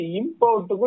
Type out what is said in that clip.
import